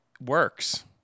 works